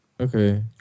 Okay